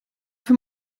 für